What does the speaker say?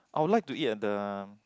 I would like to eat at the